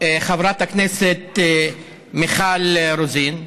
חברת הכנסת מיכל רוזין,